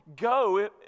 go